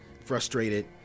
frustrated